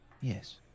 Yes